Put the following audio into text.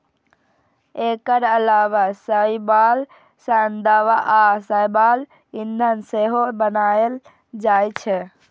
एकर अलावा शैवाल सं दवा आ शैवाल ईंधन सेहो बनाएल जाइ छै